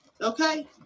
okay